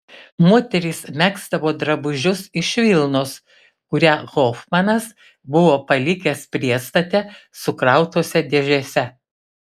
moterys megzdavo drabužius iš vilnos kurią hofmanas buvo palikęs priestate sukrautose dėžėse